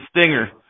Stinger